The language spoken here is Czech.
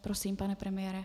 Prosím, pane premiére.